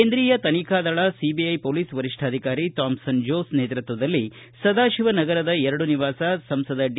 ಕೇಂದ್ರೀಯ ತನಿಖಾ ದಳ ಸಿಬಿಐ ಪೊಲೀಸ್ ವರಿಷ್ಠಾಧಿಕಾರಿ ಥಾಮ್ಲನ್ ಜೋಸ್ ನೇತೃತ್ವದಲ್ಲಿ ಸದಾಶಿವ ನಗರದ ಎರಡು ನಿವಾಸ ಸಂಸದ ಡಿ